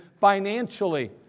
financially